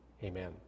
Amen